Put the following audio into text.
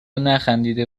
نخندیده